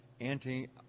anti